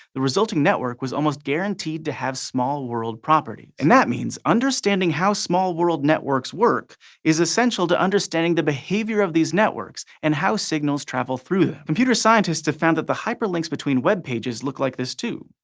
the resulting network was almost guaranteed to have small world properties. and that means understanding how small world networks work is essential to understanding the behavior of these networks and how signals travel through them. computer scientists have found that the hyperlinks between web pages look like this too,